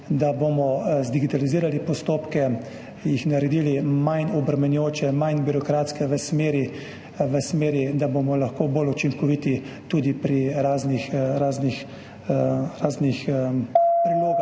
da bomo zdigitalizirali postopke, jih naredili manj obremenjujoče, manj birokratske v smeri, da bomo lahko bolj učinkoviti tudi pri raznih prilogah,